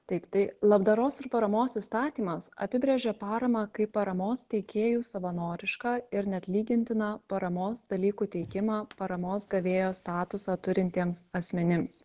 taip tai labdaros ir paramos įstatymas apibrėžia paramą kaip paramos teikėjų savanorišką ir neatlygintiną paramos dalykų teikimą paramos gavėjo statusą turintiems asmenims